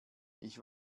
ich